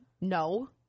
no